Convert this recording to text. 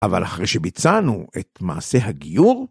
‫אבל אחרי שביצענו את מעשה הגיור...